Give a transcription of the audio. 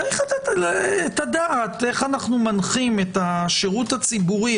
צריך לתת את הדעת איך אנו מנחים את השירות הציבורי.